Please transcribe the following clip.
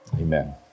Amen